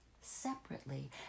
separately